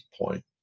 point